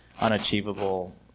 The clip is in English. unachievable